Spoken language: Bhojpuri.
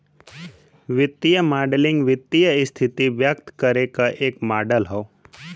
वित्तीय मॉडलिंग वित्तीय स्थिति व्यक्त करे क एक मॉडल हौ